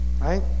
right